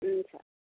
हुन्छ